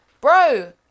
bro